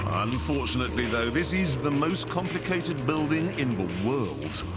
unfortunately though, this is the most complicated building in the world.